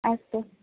अस्तु